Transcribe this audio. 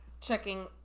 checking